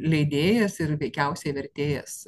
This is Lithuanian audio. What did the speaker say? leidėjas ir veikiausiai vertėjas